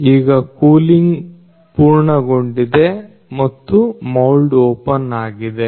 ಈಗ ಕೂಲಿಂಗ್ ಪೂರ್ಣಗೊಂಡಿದೆ ಮತ್ತು ಮೌಲ್ಡ್ ಓಪನ್ ಆಗಿದೆ